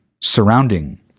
surrounding